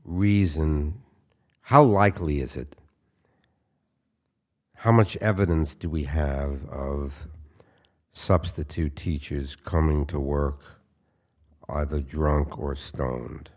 reason how likely is it how much evidence do we have of substitute teachers coming to work either drunk or stoned